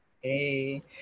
Hey